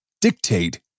dictate